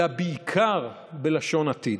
אלא בעיקר בלשון עתיד.